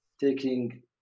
taking